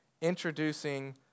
introducing